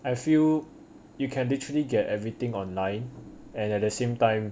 I feel you can literally get everything online and at the same time